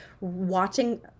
watching